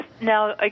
now